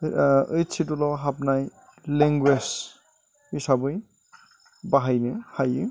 eight सेडुइलाव हाबनाय language हिसाबै बाहायनो हायो